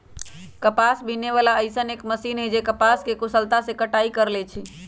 कपास बीने वाला अइसन एक मशीन है जे कपास के कुशलता से कटाई कर लेई छई